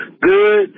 good